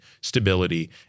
stability